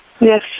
Yes